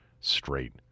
straight